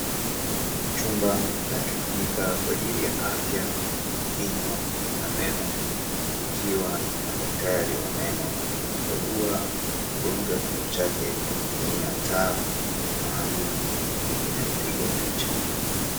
Chumba kinachotumika kwa ajili ya afya ya kinywa na meno kikiwa na daktari wa meno akimkagua mgonjwa kinywa chake kwa kutumia taa maalum inayopiga picha.